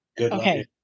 Okay